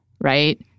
right